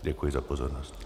Děkuji za pozornost.